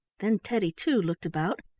then teddy, too, looked about,